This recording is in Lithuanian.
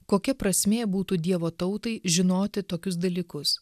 kokia prasmė būtų dievo tautai žinoti tokius dalykus